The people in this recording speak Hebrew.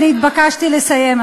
אני התבקשתי לסיים,